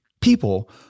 People